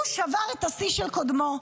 הוא שבר את השיא של קודמו.